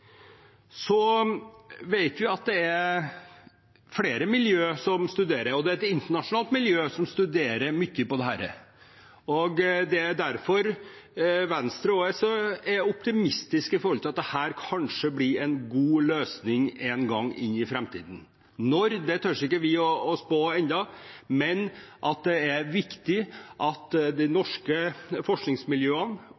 så optimistisk til at dette kanskje blir en god løsning en gang i framtiden. Når det blir, tør ikke vi å spå ennå, men det er viktig at de